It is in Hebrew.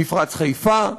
מפרץ חיפה,